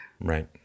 Right